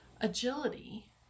Agility